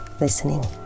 listening